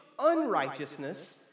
unrighteousness